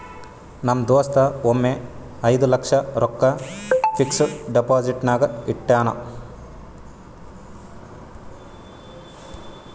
ನಮ್ ದೋಸ್ತ ಒಮ್ಮೆ ಐಯ್ದ ಲಕ್ಷ ರೊಕ್ಕಾ ಫಿಕ್ಸಡ್ ಡೆಪೋಸಿಟ್ನಾಗ್ ಇಟ್ಟಾನ್